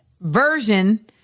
version